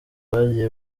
bagiye